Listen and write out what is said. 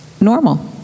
normal